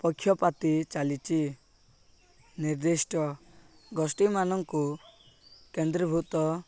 ପକ୍ଷପାତୀ ଚାଲିଛି ନିର୍ଦ୍ଦିଷ୍ଟ ଗୋଷ୍ଠୀମାନଙ୍କୁ କେନ୍ଦ୍ରୀଭୂତ